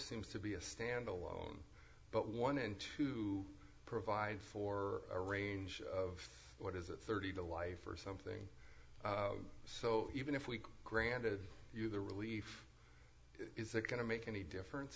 seems to be a standalone but one and two provide for a range of what is it thirty to life or something so even if we granted you the relief is that going to make any difference